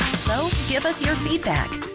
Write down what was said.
so, give us your feedback.